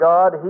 God